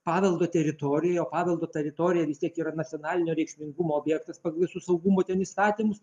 paveldo teritorijoje paveldo teritorija vis tiek yra nacionalinio reikšmingumo objektas pagal visus saugumo ten įstatymus